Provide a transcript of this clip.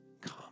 come